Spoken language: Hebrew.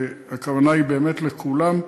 הכוונה היא באמת לכולם.